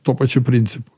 tuo pačiu principu